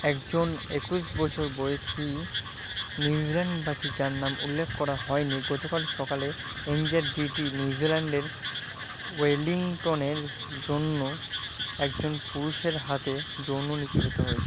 একজন একুশ বছর বয়সী নিউজিল্যান্ডবাসী যার নাম উল্লেখ করা হয়নি গতকাল সকালে এনজেডিটি নিউজিল্যান্ডের ওয়েলিংটনের জন্য একজন পুরুষের হাতে যৌন নিপীড়িত হয়